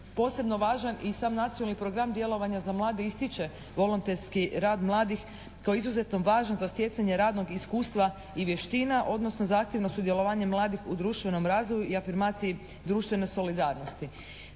posebno važan i sam nacionalni program djelovanja za mlade ističe volonterski rad mladih kao izuzetno važnog za stjecanje radnog iskustva i vještina, odnosno zahtjevno sudjelovanje mladih u društvenom razvoju i afirmaciji društvene solidarnosti.